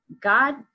god